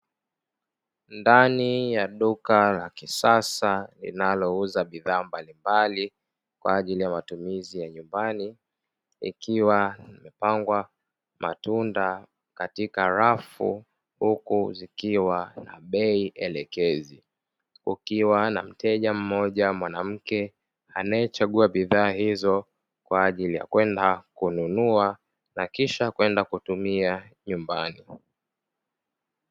Ndani ya duka la kisasa linalouza bidhaa mbalimbali kwa ajili ya matumizi ya nyumbani ikiwa imepangwa matunda katika rafu huku zikiwa na bei elekezi, kukiwa na mteja mmoja mwanamke anayechagua bidhaa hizo kwa ajili ya kwenda kununua na kisha kwenda kutumia nyumbani.